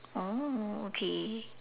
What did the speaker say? oh okay